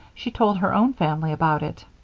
she told her own family about it.